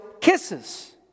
kisses